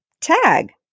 tag